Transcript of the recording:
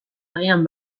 agian